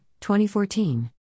2014